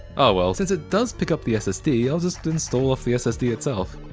ah well, since it does pick up the ssd, i'll just install off the ssd itself.